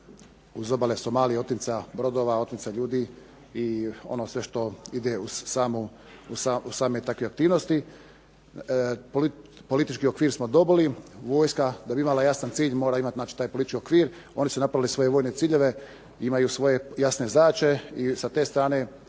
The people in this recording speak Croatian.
uz obale Somalije, otmica brodova, otmica ljudi i sve ono što ide uz takve aktivnosti. Politički okvir smo dobili, vojska da bi imala jasan cilj ona mora imati znači taj politički okvir, oni su napravili svoje vojne ciljeve i imaju svoje jasne zadaće, i sa te strane